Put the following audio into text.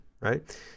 right